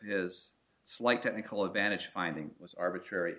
is slight technical advantage finding was arbitrary